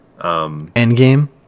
Endgame